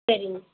சரிங்க